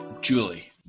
Julie